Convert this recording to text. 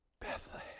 bethlehem